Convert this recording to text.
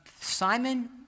Simon